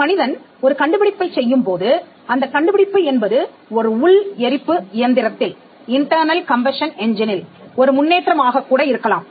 ஒரு மனிதன் ஒரு கண்டுபிடிப்பைச் செய்யும்போது அந்த கண்டுபிடிப்பு என்பது ஒரு உள் எரிப்பு இயந்திரத்தில் ஒரு முன்னேற்றம் ஆகக் கூட இருக்கலாம்